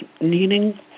needing